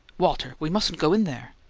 walter, we mustn't go in there.